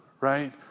right